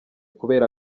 kubera